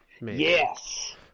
Yes